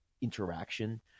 interaction